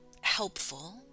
helpful